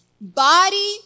body